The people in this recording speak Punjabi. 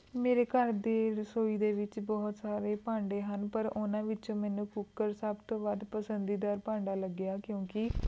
ਮੇਰੇ ਘਰ ਦੇ ਰਸੋਈ ਦੇ ਵਿੱਚ ਬਹੁਤ ਸਾਰੇ ਭਾਂਡੇ ਹਨ ਪਰ ਉਨ੍ਹਾਂ ਵਿੱਚੋਂ ਮੈਨੂੰ ਕੁੱਕਰ ਸਭ ਤੋਂ ਵੱਧ ਪਸੰਦੀਦਾਰ ਭਾਂਡਾ ਲੱਗਿਆ ਕਿਉਂਕਿ